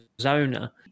Zona